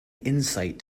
insight